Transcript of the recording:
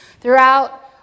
Throughout